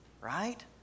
right